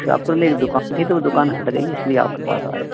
शाहपुर मेरी दुकान थी तो वो दुकान हट गई इसलिए आपके पास आया